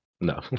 No